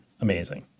Amazing